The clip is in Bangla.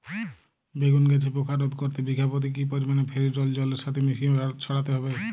বেগুন গাছে পোকা রোধ করতে বিঘা পতি কি পরিমাণে ফেরিডোল জলের সাথে মিশিয়ে ছড়াতে হবে?